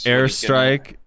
Airstrike